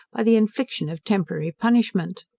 by the infliction of temporary punishment.